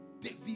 David